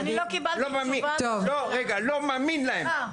אני לא מאמין להם.